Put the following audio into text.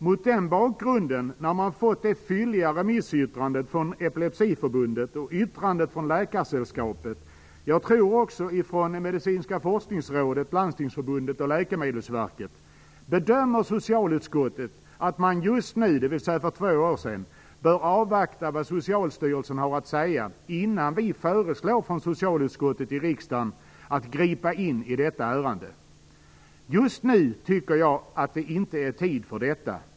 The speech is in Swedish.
- Mot den bakgrunden, när man har fått det fylliga remissyttrandet från Svenska epilepsiförbundet och yttranden från Läkaresällskapet, jag tror också från Medicinska forskningsrådet, Landstingsförbundet och Läkemedelsverket, bedömer socialutskottet att man just nu bör avvakta vad Socialstyrelsen kommer att säga, innan vi från socialutskottet i riksdagen föreslår att man skall gripa in i detta ärende. Just nu tycker jag att det inte är tid för detta.